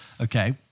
Okay